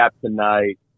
tonight